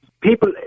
People